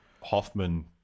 Hoffman